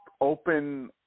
open